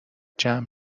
جمع